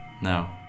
No